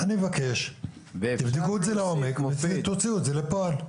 אני מבקש תבדקו את זה לעומק ותוציאו את זה לפועל.